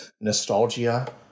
nostalgia